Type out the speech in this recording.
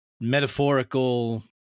metaphorical